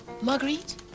Marguerite